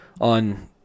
on